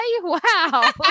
wow